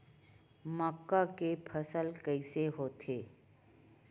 मक्का के फसल कइसे होथे?